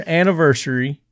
anniversary